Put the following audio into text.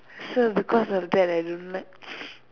so because of that I don't like